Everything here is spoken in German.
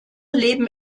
leben